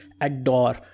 adore